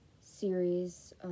series